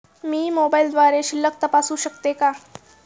मी मोबाइलद्वारे शिल्लक तपासू शकते का?